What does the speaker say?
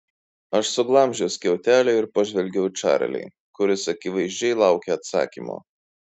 aš suglamžiau skiautelę ir pažvelgiau į čarlį kuris akivaizdžiai laukė atsakymo